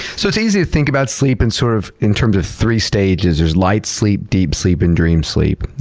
so, it's easy to think about sleep and sort of in terms of three stages, there's light sleep, deep sleep and dream sleep.